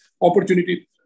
opportunity